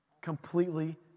Completely